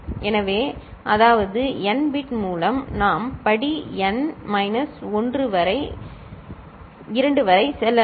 எனவே அதாவது n bit மூலம் நாம் படி n மைனஸ் 1 வரை 2 வரை செல்லலாம்